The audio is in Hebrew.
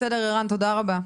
בסדר ערן, תודה רבה.